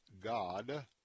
God